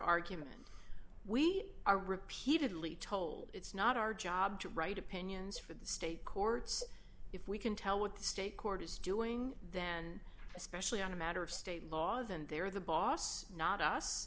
argument we are repeatedly told it's not our job to write opinions for the state courts if we can tell what the state court is doing then especially on a matter of state laws and they're the boss not